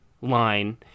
line